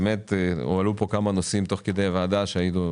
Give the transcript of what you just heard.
הועלו כמה נושאים תוך כדי הדיון,